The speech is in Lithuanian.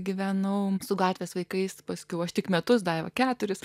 gyvenau su gatvės vaikais paskiau aš tik metus daiva keturis